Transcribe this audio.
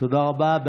תודה רבה.